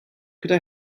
could